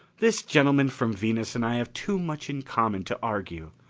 this gentleman from venus and i have too much in common to argue.